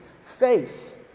faith